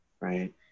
right